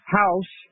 house